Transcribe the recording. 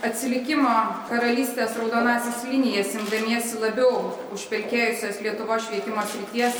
atsilikimo karalystės raudonąsias linijas imdamiesi labiau užpelkėjusios lietuvos švietimo srities